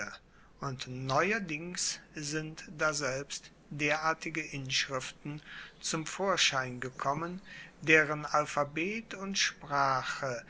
und neuerdings sind daselbst derartige inschriften zum vorschein gekommen deren alphabet und sprache